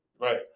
Right